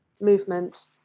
movement